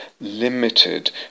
limited